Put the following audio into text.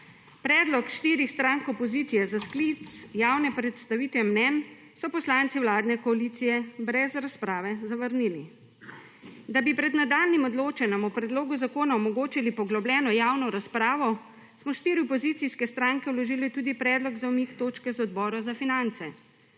Predlog štirih strank opozicije za sklic javne predstavitve mnenj so poslanci vladne koalicije brez razprave zavrnili. Da bi pred nadaljnjim odločanjem o predlogu zakona omogočili poglobljeno javno razpravo, smo štiri opozicijske stranke vložile tudi predlog za umik točke s seje Odbora za finance,